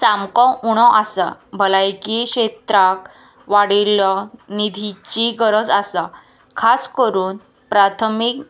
सामको उणो आसा भलायकी क्षेत्राक वाडिल्लो निधीची गरज आसा खास करून प्राथमीक